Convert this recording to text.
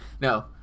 no